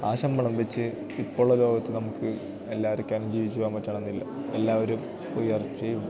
ആ ശമ്പളം വച്ച് ഇപ്പോഴുള്ള ലോകത്ത് നമുക്ക് എല്ലാവർക്കുമങ്ങനെ ജീവിച്ചു പോവാൻ പറ്റണമെന്നില്ല എല്ലാവരും ഉയർച്ചയും